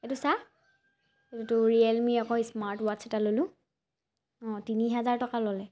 এইটো চা এইটো ৰিয়েলমি আকৌ স্মাৰ্ট ৱাটচ এটা ল'লোঁ অঁ তিনি হাজাৰ টকা ল'লে